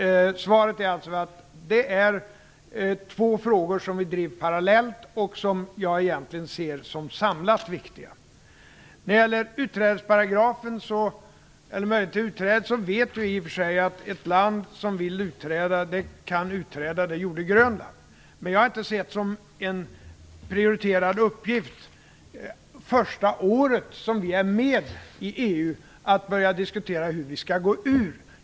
Svaret är således att det är två frågor som vi driver parallellt och som vi egentligen ser som samlat viktiga. När det gäller möjligheten till utträde vet vi i och för sig att ett land som vill utträda kan göra det. Det gjorde Grönland. Jag har inte sett som en prioriterad uppgift under det första året vi är medlemmar av EU att börja diskutera hur vi skall gå ur unionen.